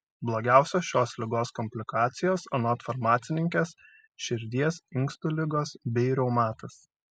blogiausios šios ligos komplikacijos anot farmacininkės širdies inkstų ligos bei reumatas